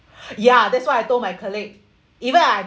ya that's why I told my colleague even I